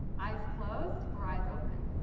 eyes closed or eyes open?